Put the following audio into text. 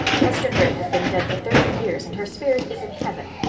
hester gray has been dead for thirty years and her spirit is in heaven.